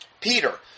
Peter